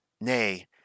Nay